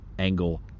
Angle